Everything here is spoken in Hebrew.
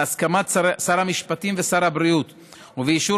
בהסכמת שר המשפטים ושר הבריאות ובאישור